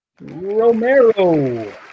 Romero